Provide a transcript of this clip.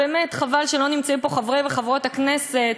באמת חבל שלא נמצאים פה חברי וחברות הכנסת,